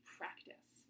practice